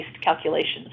calculations